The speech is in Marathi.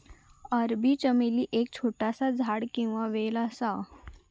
अरबी चमेली एक छोटासा झाड किंवा वेल असा